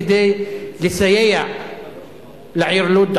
כדי לסייע לעיר לוד,